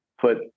put